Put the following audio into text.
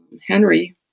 Henry